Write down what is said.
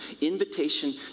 invitation